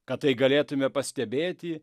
kad tai galėtume pastebėti